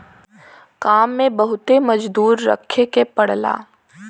काम में बहुते मजदूर रखे के पड़ला